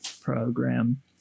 program